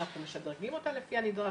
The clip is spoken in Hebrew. אנחנו משדרגים אותה לפי הנדרש,